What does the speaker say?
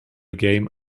game